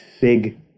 big